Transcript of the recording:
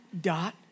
dot